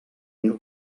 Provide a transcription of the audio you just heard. mil